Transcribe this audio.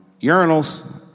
urinals